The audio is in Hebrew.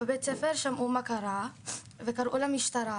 בבית הספר שמעו מה קרה וקראו למשטרה.